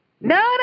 No